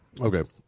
Okay